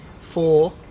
four